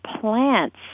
plants